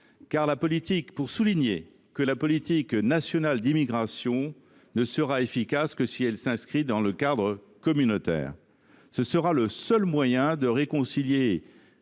d’appel pour souligner que la politique nationale d’immigration ne sera efficace que si elle s’inscrit dans le cadre communautaire. Ce sera le seul moyen de réconcilier